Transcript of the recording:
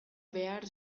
behar